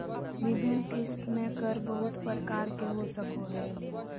विभिन्न किस्त में कर बहुत प्रकार के हो सको हइ